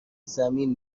زمین